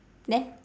then